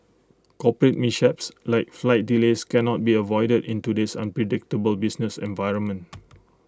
corporate mishaps like flight delays can not be avoided in today's unpredictable business environment